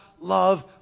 love